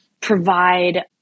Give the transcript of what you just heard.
provide